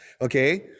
okay